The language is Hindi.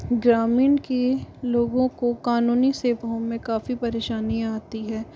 ग्रामीण की लोगों को कानूनी सेवाओं में काफ़ी परेशानीयाँ आती है